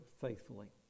faithfully